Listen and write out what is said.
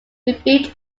rebuilt